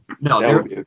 No